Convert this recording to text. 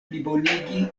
plibonigi